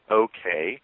okay